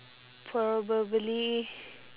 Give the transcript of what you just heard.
probably